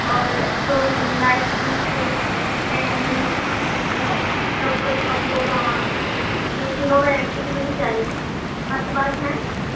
اور دو vanilla ice cream cake دین ڈبل چاکو بار یہ تینوں ورائٹی کی مجھے چاہئیں آپ کے پاس ہیں